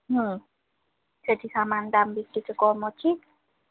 ହଁ ସେଠି ସାମାନ ଦାମ ବିକିକ କମ୍ ଅଛି